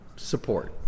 Support